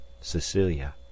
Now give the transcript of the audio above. Cecilia